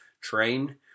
train